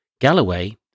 Galloway